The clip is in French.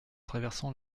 traversant